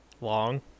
long